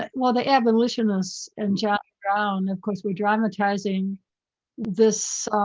like well, the abolitionists and jack brown, of course, we dramatizing this,